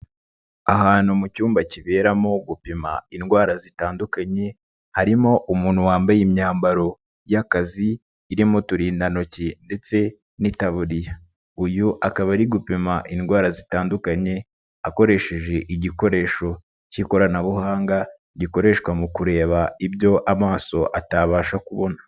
Ahantu mu cyumba kiberamo gupima indwara zitandukanye, harimo umuntu wambaye imyambaro y'akazi, irimo uturindantoki ndetse n'itaburiya, uyu akaba ari gupima indwara zitandukanye, akoresheje igikoresho cy'ikoranabuhanga, gikoreshwa mu kureba ibyo amaso atabasha kubona.